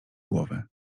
głowy